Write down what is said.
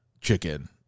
Chicken